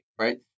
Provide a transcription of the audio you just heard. Right